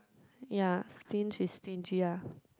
ya stingy is stingy ya